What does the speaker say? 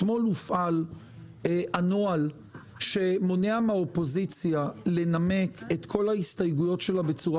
אתמול הופעל הנוהל שמונע מהאופוזיציה לנמק את כל ההסתייגויות שלה בצורה